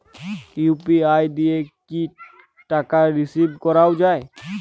UPI দিয়ে কি টাকা রিসিভ করাও য়ায়?